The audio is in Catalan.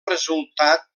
resultat